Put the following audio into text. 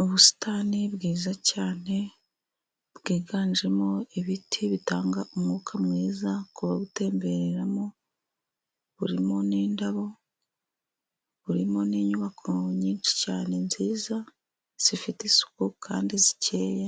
Ubusitani bwiza cyane. Bwiganjemo ibiti bitanga umwuka mwiza. Kubabutembereramo burimo n'indabo ,burimo n'inyubako nyinshi cyane nziza. Zifite isuku kandi zikeye